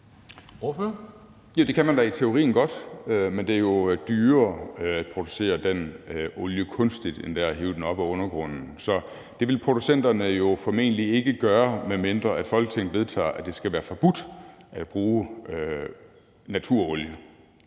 det kan man da i teorien godt. Men det er jo dyrere at producere den olie kunstigt, end det er at hive den op af undergrunden, så det vil producenterne formentlig ikke gøre, medmindre Folketinget vedtager, at det skal være forbudt at bruge naturolie.